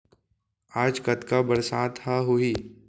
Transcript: आज कतका बरसात ह होही?